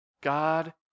God